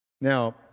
Now